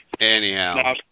Anyhow